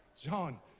John